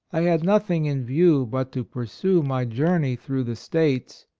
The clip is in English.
i had nothing in view but to pursue my journey through the states,